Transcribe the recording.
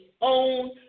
own